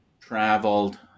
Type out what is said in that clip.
traveled